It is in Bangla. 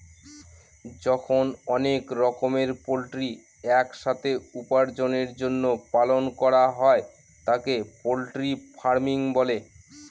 যখন অনেক রকমের পোল্ট্রি এক সাথে উপার্জনের জন্য পালন করা হয় তাকে পোল্ট্রি ফার্মিং বলে